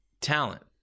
talent